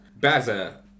Baza